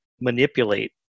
manipulate